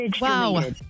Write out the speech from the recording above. Wow